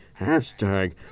Hashtag